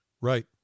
Right